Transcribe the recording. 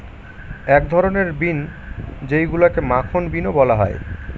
এক ধরনের বিন যেইগুলাকে মাখন বিনও বলা হয়